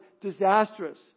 disastrous